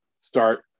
start